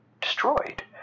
destroyed